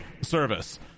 SERVICE